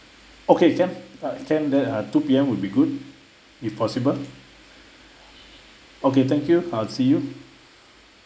okay can uh can then uh two P_M would be good if possible okay thank you I'll see you